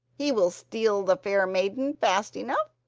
he will steal the fair maiden fast enough,